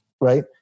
right